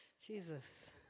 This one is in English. Jesus